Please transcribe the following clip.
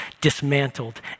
dismantled